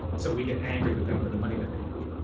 so, we get angry with them for the money that they make.